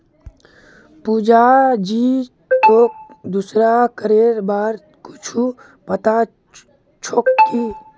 पुजा जी, तोक दूसरा करेर बार कुछु पता छोक की